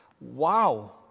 Wow